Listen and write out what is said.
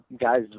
guys